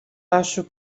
acho